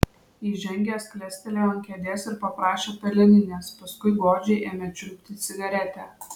įžengęs klestelėjo ant kėdės ir paprašė peleninės paskui godžiai ėmė čiulpti cigaretę